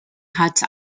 hut